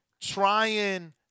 trying